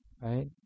right